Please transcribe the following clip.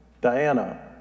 Diana